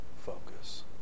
focus